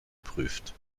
prüft